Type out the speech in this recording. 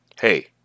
Hey